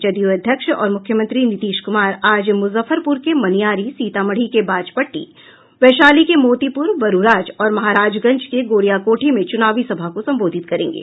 जदयू अध्यक्ष और मुख्यमंत्री नीतीश कुमार आज मुजफ्फरपुर के मनियारी सीतामढ़ी के बाजपट्टी वैशाली के मोतिपूर बरूराज और महाराजगंज के गोरियाकोठी में चूनावी सभा को संबोधित करेंगे